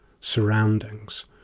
surroundings